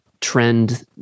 trend